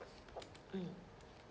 mm